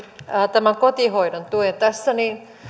kotihoidon tuen tässä niin kyllä